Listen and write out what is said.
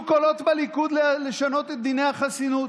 קולות בליכוד לשנות את דיני החסינות.